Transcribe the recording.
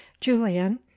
julian